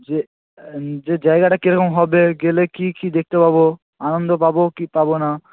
যে যে জায়গাটা কীরকম হবে গেলে কী কী দেখতে পাব আনন্দ পাব কি পাব না